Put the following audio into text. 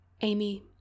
Amy